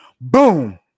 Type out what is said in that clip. Boom